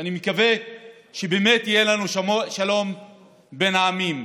ואני מקווה שבאמת יהיה לנו שלום בין העמים,